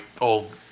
old